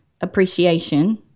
appreciation